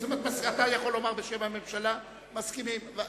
אתה יכול לומר בשם הממשלה: מסכימים.